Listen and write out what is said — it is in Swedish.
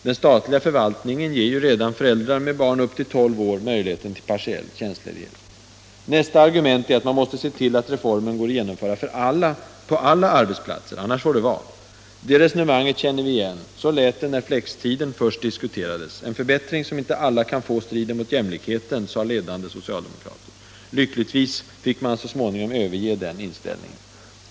Den statliga förvaltningen ger ju redan föräldrar med barn upp till tolv år möjligheten till partiell tjänstledighet. Nästa argument är att man måste se till att reformen går att genomföra på alla arbetsplatser, annars får det vara. Det resonemanget känner vi igen. Så lät det när flextiden först diskuterades. En förbättring som inte alla kan få strider mot jämlikheten, sade ledande socialdemokrater. Lyckligtvis fick man så småningom överge den inställningen.